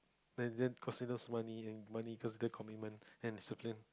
and then money and money goes into commitment and discipline